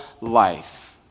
life